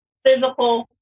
physical